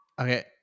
Okay